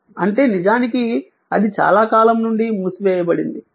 అంటే నిజానికి అది చాలా కాలం నుండి మూసివేయబడింది